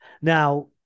Now